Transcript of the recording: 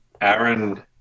Aaron